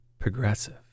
progressive